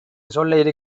சொல்ல